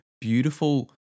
beautiful